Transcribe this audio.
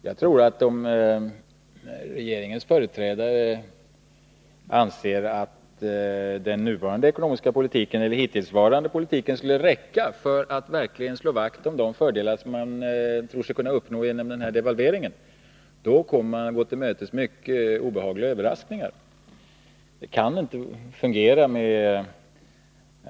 Jag tror att om regeringens företrädare anser att den hittillsvarande ekonomiska politiken skulle räcka för att verkligen slå vakt om de fördelar som man tror sig kunna uppnå med devalveringen, kommer man att gå mycket obehagliga överraskningar till mötes.